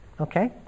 okay